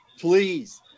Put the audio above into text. please